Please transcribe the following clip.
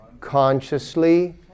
Consciously